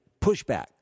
pushback